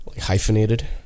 hyphenated